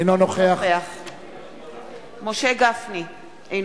אינו נוכח משה גפני,